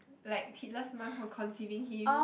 like Hitler's mum from conceiving him